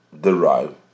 derive